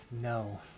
no